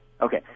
Okay